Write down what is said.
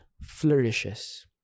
flourishes